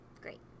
Great